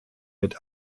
mit